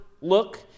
look